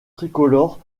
tricolore